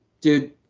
dude